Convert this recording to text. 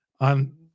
On